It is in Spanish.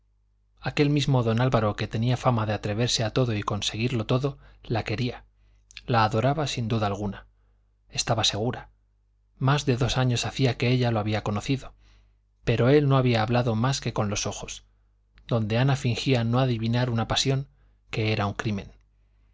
aquel mismo don álvaro que tenía fama de atreverse a todo y conseguirlo todo la quería la adoraba sin duda alguna estaba segura más de dos años hacía que ella lo había conocido pero él no había hablado más que con los ojos donde ana fingía no adivinar una pasión que era un crimen